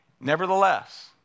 Nevertheless